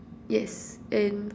yes and